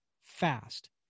fast